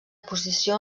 posició